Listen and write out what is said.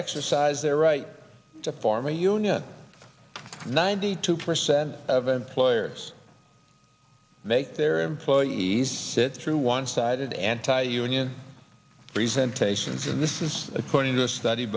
exercise their right to form a union ninety two percent of employers make their employees sit through one sided anti union present stations and this is according to a study